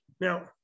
Now